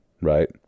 right